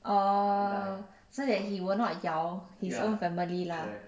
orh so that he will not 咬 his own family lah